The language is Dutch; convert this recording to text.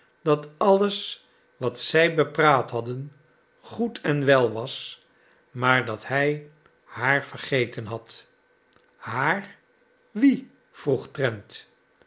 dat alles wat zij bepraat hadden goed en wel was maar dat hij haar vergeten had haar wie vroeg trent